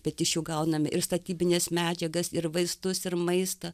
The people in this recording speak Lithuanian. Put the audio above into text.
bet iš jų gauname ir statybines medžiagas ir vaistus ir maistą